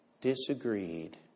disagreed